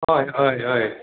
हय हय हय